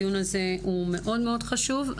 הדיון הזה הוא מאוד מאוד חשוב.